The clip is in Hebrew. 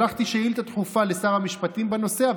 שלחתי שאילתה דחופה לשר המשפטים בנושא,